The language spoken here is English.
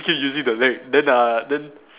keep using the leg then uh then